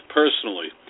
personally